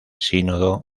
sínodo